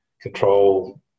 control